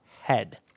head